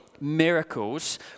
miracles